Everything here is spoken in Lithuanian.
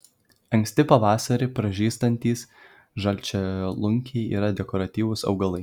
anksti pavasarį pražystantys žalčialunkiai yra dekoratyvūs augalai